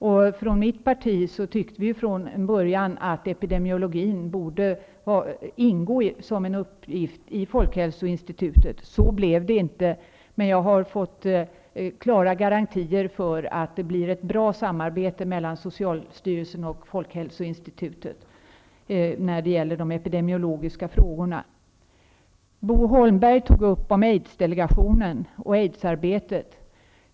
Vi i mitt parti tyckte från början att epidemiologi borde ingå som en uppgift hos folkhälsoinstitutet. Så blev det inte. Men jag har fått klara garantier för att det kommer att bli ett bra samarbete mellan socialstyrelsen och folkhälsoinstitutet när det gäller de epidemiologiska frågorna. Bo Holmberg tog upp frågan om aidsdelegationen och aidsarbetet.